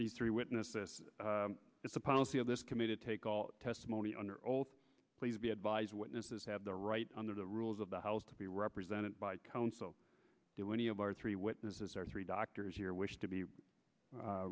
association three witnesses it's a policy of this committed to take all testimony under oath please be advised witnesses have the right under the rules of the house to be represented by counsel do any of our three witnesses or three doctors here wish to be